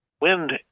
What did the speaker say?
wind